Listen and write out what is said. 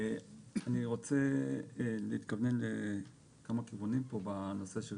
אני רוצה להתכוונן לכמה כיוונים בנושא של